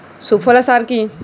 সুফলা সার কি?